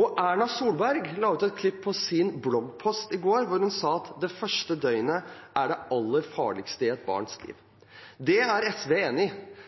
Erna Solberg la ut et klipp på sin bloggpost i går, hvor hun sa at det første døgnet er det aller farligste i et barns liv. Det er SV enig i.